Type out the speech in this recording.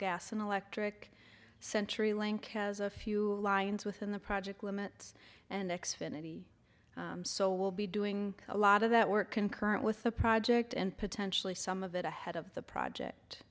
gas and electric century link has a few lines within the project limits and x finity so we'll be doing a lot of that work concurrent with the project and potentially some of it ahead of the